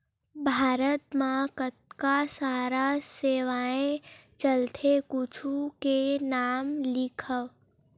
भारत मा कतका सारा सेवाएं चलथे कुछु के नाम लिखव?